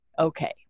Okay